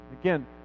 Again